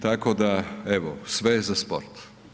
Tako da evo sve za sport.